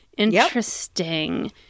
Interesting